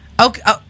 Okay